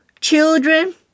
children